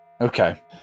Okay